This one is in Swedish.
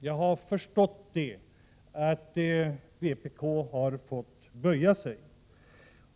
Jag har förstått att vpk fått böja sig.